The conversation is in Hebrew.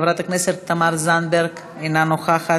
חבר הכנסת מנואל טרכטנברג, אינו נוכח.